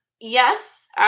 Yes